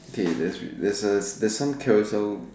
okay there's there's a there's some Carousell